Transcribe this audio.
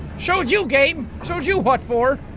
showed you game showed you what for.